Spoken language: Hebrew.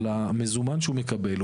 על המזומן שהוא יקבל,